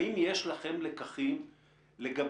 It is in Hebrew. האם יש לכם לקחים לגבי